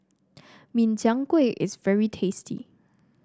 Min Chiang Kueh is very tasty